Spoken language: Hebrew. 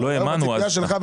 זאת הייתה הציפייה שלך,